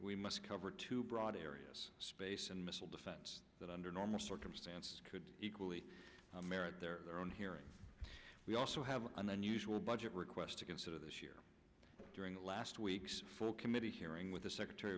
we must cover two broad areas space and missile defense that under normal circumstances could equally merit their own hearing we also have an unusual budget request to consider this year during last week's full committee hearing with the secretary